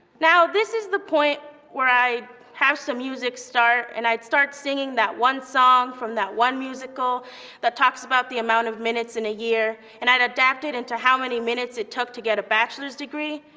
now this is the point where i have some music start and i'd start singing that one song from that one musical that talks about the amount of minutes in a year. and i'd adapt it into how many minutes it took to get a bachelor's degree.